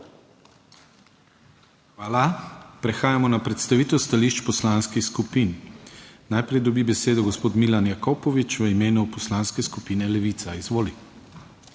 Hvala. Prehajamo na predstavitev stališč poslanskih skupin. Najprej dobi besedo gospod Milan Jakopovič v imenu Poslanske skupine Levica. Izvoli.